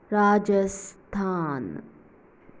Rajasthan